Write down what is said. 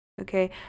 okay